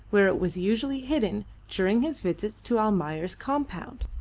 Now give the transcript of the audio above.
where it was usually hidden during his visits to almayer's compound.